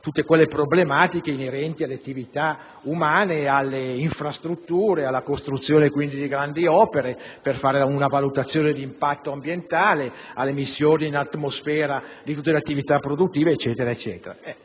tutte le problematiche inerenti alle attività umane, alle infrastrutture, alla costruzione di grandi opere per fare una valutazione di impatto ambientale, all'emissione in atmosfera di tutte le attività produttive e via dicendo.